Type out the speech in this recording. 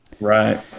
right